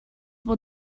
will